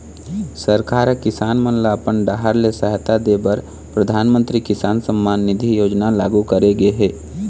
सरकार ह किसान मन ल अपन डाहर ले सहायता दे बर परधानमंतरी किसान सम्मान निधि योजना लागू करे गे हे